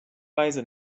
weise